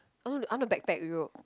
oh I want to backpack Europe